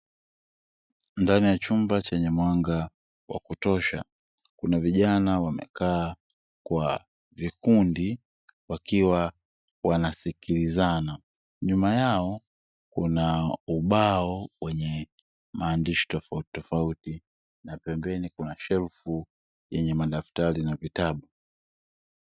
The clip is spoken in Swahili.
Ndani ya chumba chenye mwanga wa kutosha, kuna vijana wamekaa kwa vikundi wakiwa wanasikilizana. Nyuma yao kuna ubao wenye maandishi tofautitofauti na pembeni kuna shelfu yenye madaftari na vitabu.